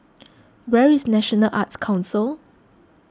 where is National Arts Council